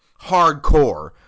hardcore